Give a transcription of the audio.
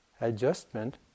adjustment